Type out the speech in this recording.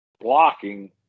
blocking